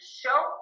show